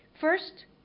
First